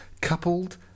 coupled